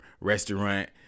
restaurant